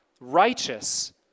righteous